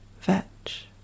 vetch